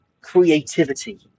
creativity